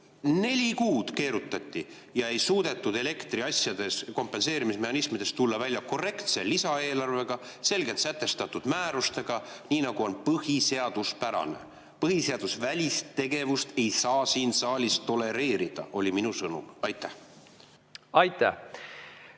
neli kuud keerutati, aga ei suudetud elektriasjade kompenseerimise mehhanismides tulla välja korrektse lisaeelarvega, selgelt sätestatud määrustega, nii nagu on põhiseaduspärane. Põhiseadusvälist tegevust ei saa siin saalis tolereerida, oli minu sõnum. Aitäh! Aitäh!